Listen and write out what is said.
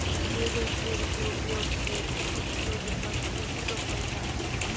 seed drill के उपयोग से उचित दूरी पर बीज रोपल जा हई